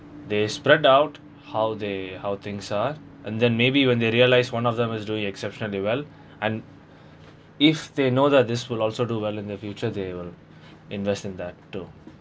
they spread out how they how things are and then maybe when they realised one of them is doing exceptionally well and if they know that this will also do well in the future they will invest in that too